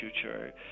future